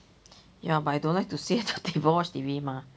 ya but I don't like to sit at the table watch T_V mah